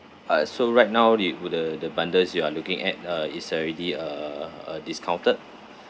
uh so right now the would the the bundles you are looking at uh is already uh a discounted